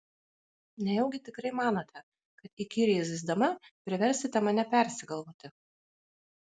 nejaugi tikrai manote kad įkyriai zyzdama priversite mane persigalvoti